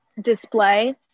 display